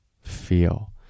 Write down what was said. feel